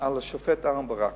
על השופט אהרן ברק.